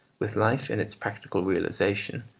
with life in its practical realisation,